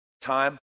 time